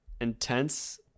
intense